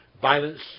violence